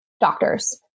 doctors